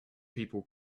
people